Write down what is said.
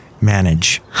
Manage